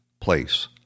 place